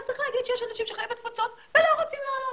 אבל צריך להגיד שיש אנשים שחיים בתפוצות ולא רוצים לעלות,